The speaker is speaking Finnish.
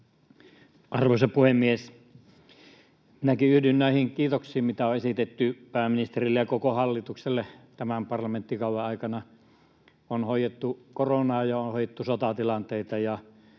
Arvoisa puhemies! Minäkin yhdyn näihin kiitoksiin, mitä on esitetty pääministerille ja koko hallitukselle. Tämän parlamenttikauden aikana on hoidettu koronaa ja on hoidettu sotatilanteita